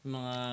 mga